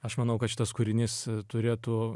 aš manau kad šitas kūrinys turėtų